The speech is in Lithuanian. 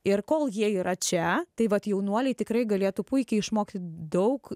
ir kol jie yra čia tai vat jaunuoliai tikrai galėtų puikiai išmokyti daug